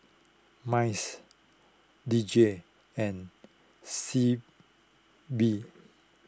Mice D J and Sea B